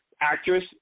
actress